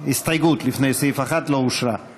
סעיד אלחרומי ויוסף עטאונה, להלן: